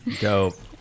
dope